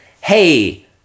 hey